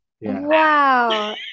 Wow